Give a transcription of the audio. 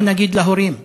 מה נגיד להורים?